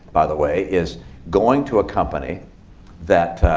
by the way, is going to a company that